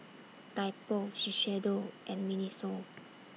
Typo Shiseido and Miniso